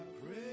great